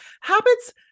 habits